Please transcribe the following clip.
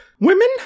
women